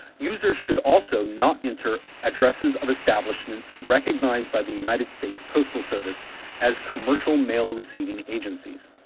users should also not enter addresses of establishments recognized by the united states postal service as commercial mail receiving agencies.